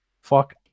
Fuck